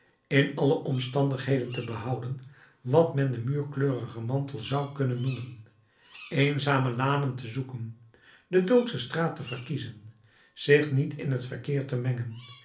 in alle omstandigheden te behouden wat men den muurkleurigen mantel zou kunnen noemen eenzame lanen te zoeken de doodsche straat te verkiezen zich niet in t verkeer te mengen